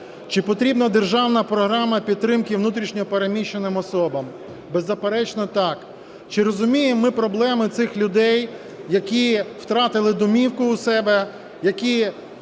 Чи потрібна державна програма підтримки внутрішньо переміщеним особам? Беззаперечно так. Чи розуміємо ми проблеми цих людей, які втратили домівку у себе, які